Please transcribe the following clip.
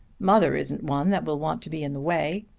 mother isn't one that will want to be in the way.